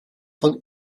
von